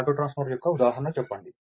auto transformer యొక్క ఒక ఉదాహరణ చెప్పండి